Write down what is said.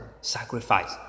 sacrifice